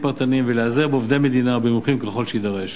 פרטניים ולהיעזר בעובדי מדינה ומומחים ככל שיידרש.